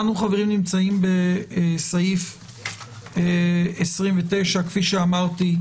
אנחנו נמצאים בסעיף 29. כפי שאמרתי,